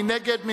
מי נגד?